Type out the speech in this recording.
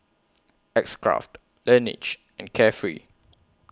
X Craft Laneige and Carefree